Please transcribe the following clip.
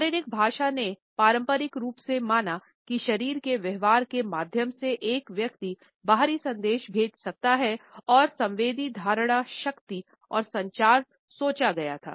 शारीरिक भाषा ने पारंपरिक रूप से माना कि शरीर के व्यवहार के माध्यम से एक व्यक्ति बाहरी संदेश भेज सकता हैं और संवेदी धारणा शक्ति और संचार सोचा गया था